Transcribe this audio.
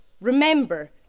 Remember